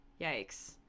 yikes